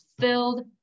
filled